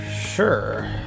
sure